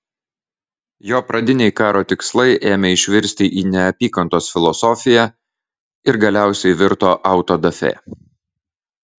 jo pradiniai karo tikslai ėmė išvirsti į neapykantos filosofiją ir galiausiai virto autodafė